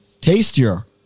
tastier